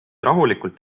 rahulikult